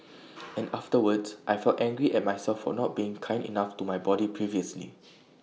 and afterwards I felt angry at myself for not being kind enough to my body previously